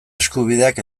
eskubideak